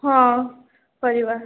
ହଁ କରିବା